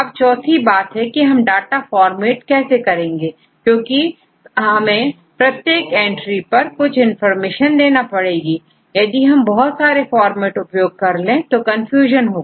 अब चौथी बात है की हम डाटा फॉर्मेट कैसे करेंगे क्योंकि हमें प्रत्येक एंट्री पर कुछ इंफॉर्मेशन देना पड़ेगी और यदि हम बहुत सारे फॉर्मेट उपयोग कर लें तो कन्फ्यूजन होगा